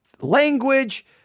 language